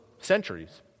centuries